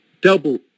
double